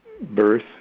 birth